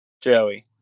Joey